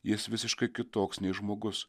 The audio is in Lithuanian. jis visiškai kitoks nei žmogus